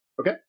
Okay